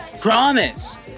Promise